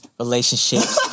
relationships